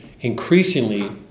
increasingly